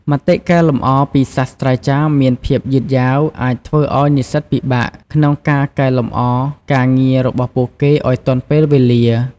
មតិកែលម្អពីសាស្ត្រាចារ្យមានភាពយឺតយ៉ាវអាចធ្វើឱ្យនិស្សិតពិបាកក្នុងការកែលម្អការងាររបស់ពួកគេឱ្យទាន់ពេលវេលា។